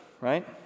right